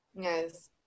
yes